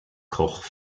koch